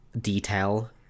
detail